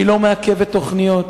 שהיא לא מעכבת תוכניות,